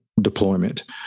deployment